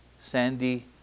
Sandy